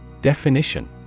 Definition